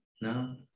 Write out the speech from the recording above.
No